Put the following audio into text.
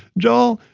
joel,